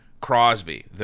Crosby